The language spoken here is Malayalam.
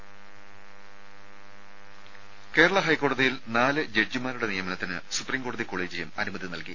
രുര കേരള ഹൈക്കോടതിയിൽ നാല് ജഡ്ജിമാരുടെ നിയമനത്തിന് സുപ്രീംകോടതി കൊളീജിയം അനുമതി നൽകി